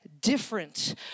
different